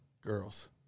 girls